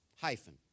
hyphen